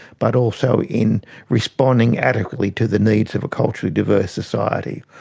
but also in responding adequately to the needs of a culturally diverse society.